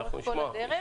לאורך כל הדרך.